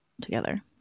together